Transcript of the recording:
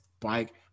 bike